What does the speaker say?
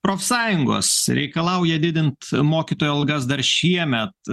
profsąjungos reikalauja didint mokytojų algas dar šiemet